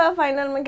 final